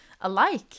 alike